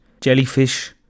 jellyfish